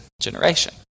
generation